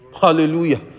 hallelujah